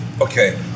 Okay